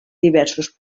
diversos